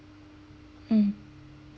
mm